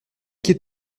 que